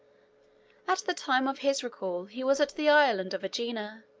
at the time of his recall he was at the island of aegina,